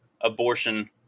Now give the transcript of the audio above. abortion